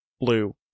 blue